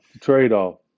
trade-off